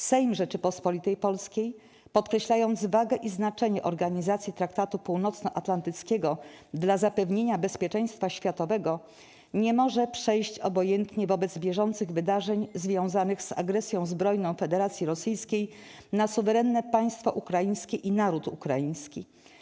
Sejm Rzeczypospolitej Polskiej, podkreślając wagę i znaczenie Organizacji Traktatu Północnoatlantyckiego dla zapewnienia bezpieczeństwa światowego, nie może przejść obojętnie wobec bieżących wydarzeń związanych z agresją zbrojną Federacji Rosyjskiej na suwerenne państwo ukraińskie i naród ukraiński.